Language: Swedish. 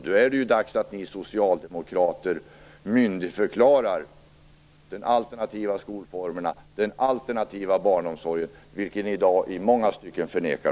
Då är det dags att ni socialdemokrater myndigförklarar den alternativa skolformen och barnomsorgen, vilket ni i dag i många stycken förnekar.